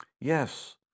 Yes